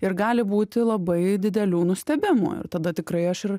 ir gali būti labai didelių nustebimų ir tada tikrai aš ir